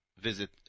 visit